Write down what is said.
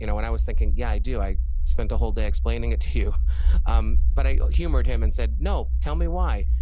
you know and i was thinking, yeah, i do. i spent a whole day explaining it to you. um but i humored him and said, no. tell me why.